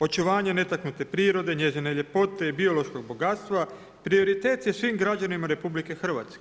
Očuvanje netaknute prirode, njezine ljepote i biološkog bogatstva prioritet je svim građanima RH.